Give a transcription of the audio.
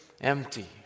empty